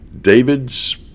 David's